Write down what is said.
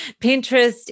Pinterest